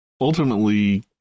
ultimately